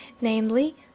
namely